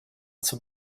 zum